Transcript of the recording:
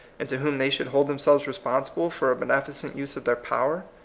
and to whom they should hold themselves responsible for a benefi cent use of their power?